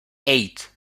eight